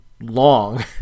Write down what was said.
long